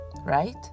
right